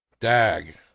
dag